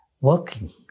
working